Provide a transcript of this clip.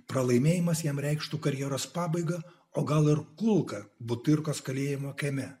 pralaimėjimas jam reikštų karjeros pabaigą o gal ir kulką butyrkos kalėjimo kieme